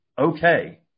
okay